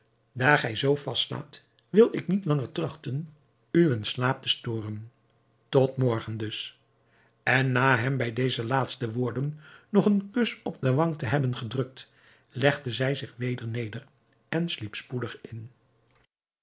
daar gij zoo vast slaapt wil ik niet langer trachten uwen slaap te storen tot morgen dus en na hem bij deze laatste woorden nog een kus op de wang te hebben gedrukt legde zij zich weder neder en sliep spoedig in